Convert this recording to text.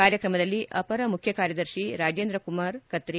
ಕಾರ್ಯಕ್ರಮದಲ್ಲಿ ಅಪರ ಮುಖ್ಯ ಕಾರ್ಯದರ್ಶಿ ರಾಜೇಂದ್ರ ಕುಮಾರ್ ಕತ್ರಿ